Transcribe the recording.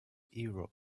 europe